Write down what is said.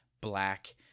black